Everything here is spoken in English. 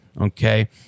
Okay